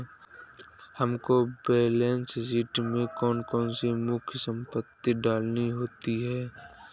हमको balance sheet में कौन कौन सी मुख्य संपत्ति डालनी होती है?